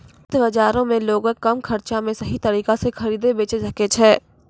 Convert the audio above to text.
वित्त बजारो मे लोगें कम खर्चा पे सही तरिका से खरीदे बेचै सकै छै